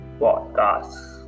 podcast